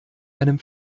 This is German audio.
einem